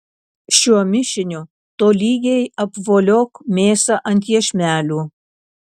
šiuo mišiniu tolygiai apvoliok mėsą ant iešmelių